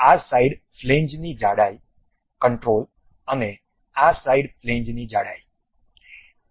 હવે આ સાઈડ ફ્લેંજની જાડાઈ કંટ્રોલ અને આ સાઈડ ફ્લેંજની જાડાઈ